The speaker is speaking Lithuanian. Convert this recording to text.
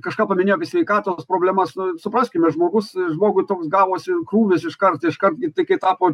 kažką paminėjo apie sveikatos problemas supraskime žmogus žmogui toks gavosi krūvis iškart iškart i t kai tapo